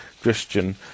Christian